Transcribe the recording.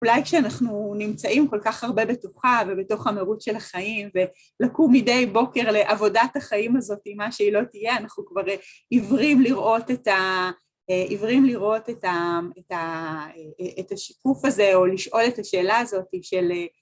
אולי כשאנחנו נמצאים כל כך הרבה בתוכה ובתוך המירוץ של החיים ולקום מדי בוקר לעבודת החיים הזאת עם מה שהיא לא תהיה, אנחנו כבר עיוורים לראות את השיקוף הזה, או לשאול את השאלה הזאת של